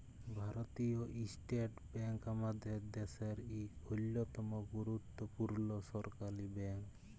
ভারতীয় State Bank আমাদের দ্যাশের ইক অল্যতম গুরুত্তপুর্ল সরকারি ব্যাংক